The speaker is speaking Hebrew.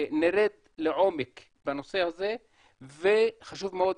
נרד לעומק בנושא הזה וחשוב מאוד,